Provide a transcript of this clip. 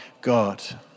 God